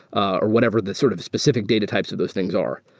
or whatever. the sort of specific data types of those things are.